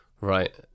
Right